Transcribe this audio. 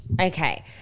Okay